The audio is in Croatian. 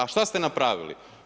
A šta ste napravili?